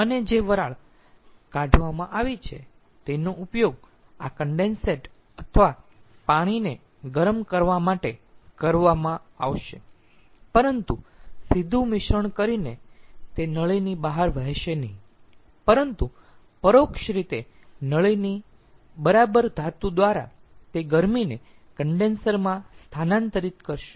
અને જે વરાળ કાઢવામાં આવી છે તેનો ઉપયોગ આ કન્ડેન્સેટ અથવા પાણીને ગરમ કરવા માટે કરવામાં આવશે પરંતુ સીધુ મિશ્રણ કરીને તે નળીની બહાર વહેશે નહીં પરંતુ પરોક્ષ રીતે નળીની બરાબર ધાતુ દ્વારા તે ગરમીને કન્ડેન્સર માં સ્થાનાંતરિત કરશે